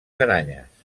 aranyes